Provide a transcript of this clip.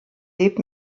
lebt